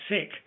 sick